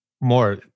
more